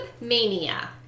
Mania